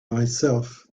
myself